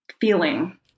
feeling